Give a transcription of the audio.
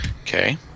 Okay